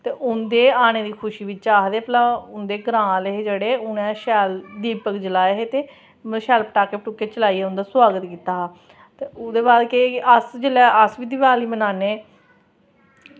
ते उंदे आने दी खुशी बिच आक्खदे भला उंदे ग्रांऽ आह्ले हे उनें शैल दीपक जलाए हे भला मतलब शैल पटाखे पटूखे चलाइयै उंदा स्वागत कीता हा ते ओह्दे बाद अस बी जेल्लै अस बी दिवाली मनान्ने